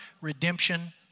redemption